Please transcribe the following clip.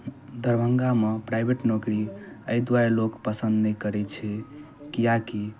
दरभंगामे प्राइभेट नौकरी एहि दुआरे लोक पसन्द नहि करै छै किएकि